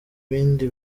bindi